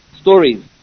stories